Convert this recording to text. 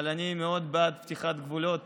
אבל אני מאוד בעד פתיחת גבולות